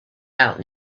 out